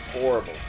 horrible